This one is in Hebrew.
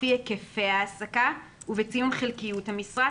לפי היקפי ההעסקה ובציון חלקיות המשרה,